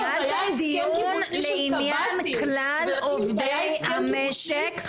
היה דיון לעניין כלל עובדי המשק,